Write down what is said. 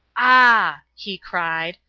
ah! he cried.